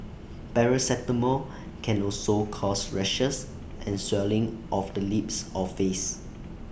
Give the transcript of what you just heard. paracetamol can also cause rashes and swelling of the lips or face